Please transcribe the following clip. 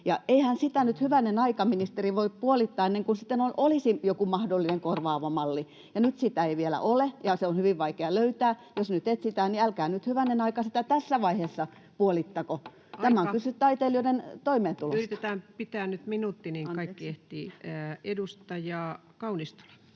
Eihän sitä nyt, hyvänen aika, ministeri, voi puolittaa ennen kuin olisi joku mahdollinen korvaava malli. Nyt sitä ei vielä ole, ja se on hyvin vaikea löytää. Jos nyt etsitään, niin älkää nyt, hyvänen aika, sitä tässä vaiheessa puolittako. [Puhemies: Aika!] Tässä on kyse taiteilijoiden toimeentulosta. [Speech 513] Speaker: Ensimmäinen varapuhemies Paula